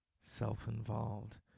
self-involved